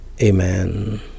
Amen